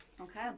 Okay